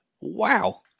Wow